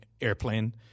airplane